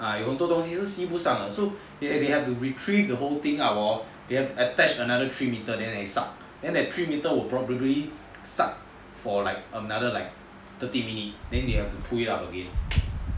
ah 有很多东西是吸不上的 so they have to retrieve the whole thing up hor they have to attach another three metres then they suck three metres will probably suck for like err another thirty minutes then they have to dig it up again